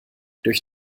durch